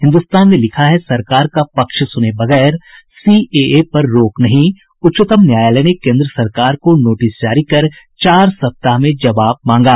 हिन्दुस्तान ने लिखा है सरकार का पक्ष सुने बगैर सीएए पर रोक नहीं उच्चतम न्यायालय ने केन्द्र सरकार को नोटिस जारी कर चार सप्ताह में जबाव मांगा